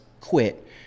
quit